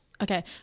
Okay